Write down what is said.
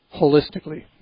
holistically